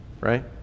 right